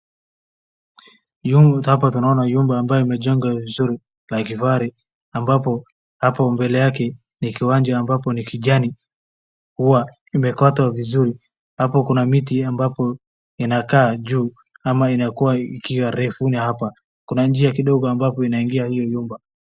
Nyu, hapa tunaona nyumba yimejengwa vizuri na kifahari na ambapo, hapo mbele yake ni kiwanja ambapo ni kijani. Huwa imekatwa vizuri, hapo kuna miti ambapo inakaa juu ama inakuwa ikiwa refu. Hapa kuna njia kidogo ambapo inaingia hiyo nyumba.